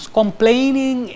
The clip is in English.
complaining